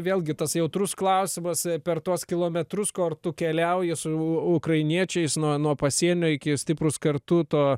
vėlgi tas jautrus klausimas per tuos kilometrus tu keliauji su ukrainiečiais nuo nuo pasienio iki stiprūs kartu to